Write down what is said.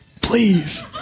please